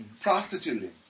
prostituting